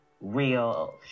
real